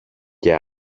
και